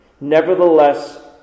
Nevertheless